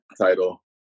title